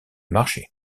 marché